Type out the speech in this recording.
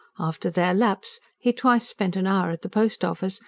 after their lapse, he twice spent an hour at the post office,